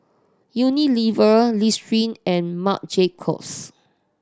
Unilever Listerine and Marc Jacobs